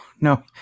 no